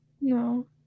No